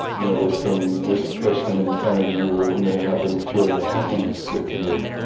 noticing this person in front of you may have been feeling happiness with you